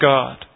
God